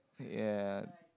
yeah